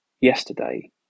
yesterday